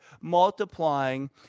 multiplying